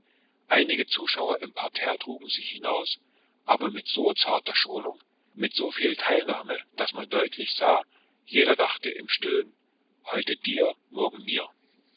einige zuschauer im parterre trugen sie hinaus aber mit so zarter schonung mit so viel teilnahme daß man deutlich sah jeder dachte im stillen heute dir morgen mir